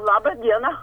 labą dieną